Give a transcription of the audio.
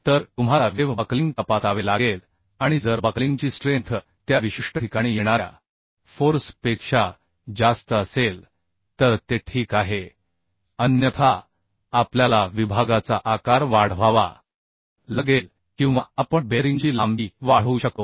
तर तुम्हाला wave buckling तपासावे लागेल आणि जर बकलिंगची स्ट्रेंथ त्या विशिष्ट ठिकाणी येणाऱ्या फोर्स पेक्षा जास्त असेल तर ते ठीक आहे अन्यथा आपल्याला विभागाचा आकार वाढवावा लागेल किंवा आपण बेअरिंगची लांबी वाढवू शकतो